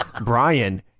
Brian